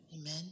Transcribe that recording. Amen